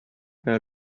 where